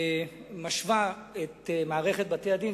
משווה את מערכת בתי-הדין,